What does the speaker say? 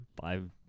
Five